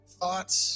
thoughts